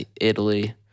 Italy